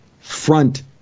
front